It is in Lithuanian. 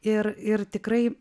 ir ir tikrai